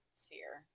sphere